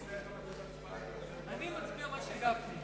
אני מצביע מה שגפני,